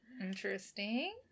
Interesting